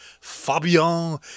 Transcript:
Fabian